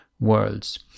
worlds